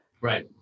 Right